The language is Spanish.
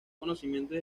conocimientos